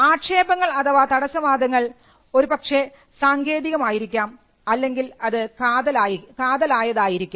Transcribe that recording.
ആക്ഷേപങ്ങൾ അഥവാ തടസ്സവാദങ്ങൾ ഒരുപക്ഷേ സാങ്കേതികം ആയിരിക്കാം അല്ലെങ്കിൽ അത് കാതലായതായിരിക്കാം